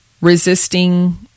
resisting